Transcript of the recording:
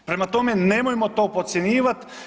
Prema tome, nemojmo to podcjenjivati.